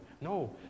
No